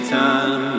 time